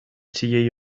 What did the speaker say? цієї